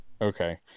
okay